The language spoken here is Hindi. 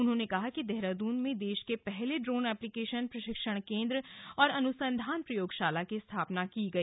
उन्होंने कहा कि देहरादून में देश के पहले ड्रोन एप्लीकेशन प्रशिक्षण केन्द्र एवं अनुसंधान प्रयोगशाला की स्थापना की गई